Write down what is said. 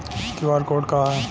QR code का ह?